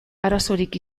arazorik